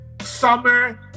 summer